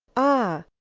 ah!